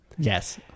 yes